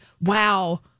wow